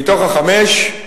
מתוך החמש,